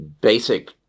basic